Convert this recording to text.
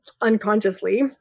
Unconsciously